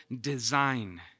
design